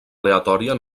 aleatòria